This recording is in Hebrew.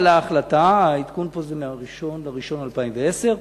העדכון פה זה מ-1 בינואר 2010,